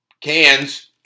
Cans